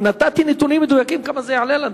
נתתי נתונים מדויקים כמה זה יעלה לנו.